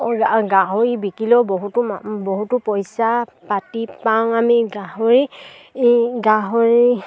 গাহৰি বিকিলেও বহুতো বহুতো পইচা পাতি পাওঁ আমি গাহৰি গাহৰি